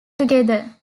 together